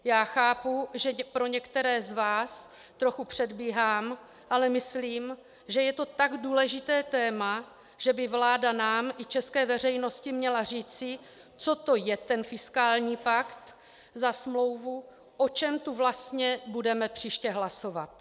Já chápu, že pro některé z vás trochu předbíhám, ale myslím, že je to tak důležité téma, že by vláda nám i české veřejnosti měla říci, co to je ten fiskální pakt za smlouvu, o čem tu vlastně budeme příště hlasovat.